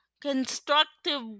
constructive